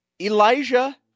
Elijah